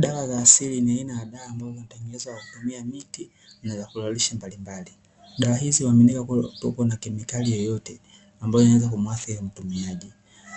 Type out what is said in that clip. Dawa za asili ni aina ya dawa ambazo zinatengenewa kwa kutumia miti vyakula lishe mbalimbali. Dawa hizi huaminika kwa kutokuwa na kemikali yoyote ambayo inaweza kumuathiri mtumiaji,